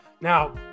Now